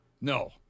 No